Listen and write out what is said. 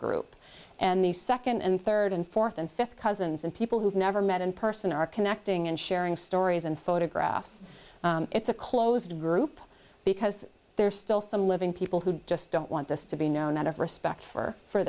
group and the second and third and fourth and fifth cousins and people who've never met in person are connecting and sharing stories and photographs it's a closed group because there are still some living people who just don't want this to be known out of respect for